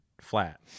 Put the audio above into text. flat